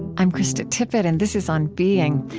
i'm krista tippett, and this is on being.